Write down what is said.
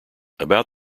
about